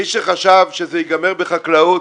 מי שחשב שזה יגמר בחקלאות,